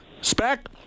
Spec